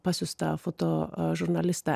pasiųstą fotožurnalistę